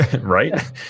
right